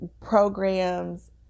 Programs